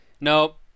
Nope